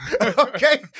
Okay